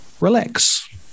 relax